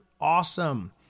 Awesome